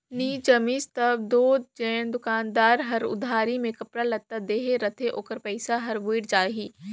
नी जमिस तब दो जेन दोकानदार हर उधारी में कपड़ा लत्ता देहे रहथे ओकर पइसा हर बुइड़ जाही